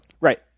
Right